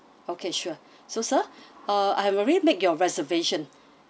okay sure so sir uh I've already make your reservation